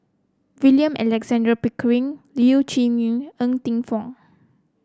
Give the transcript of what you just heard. William Alexander Pickering Leu Yew Chye Ng Teng Fong